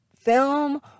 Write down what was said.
film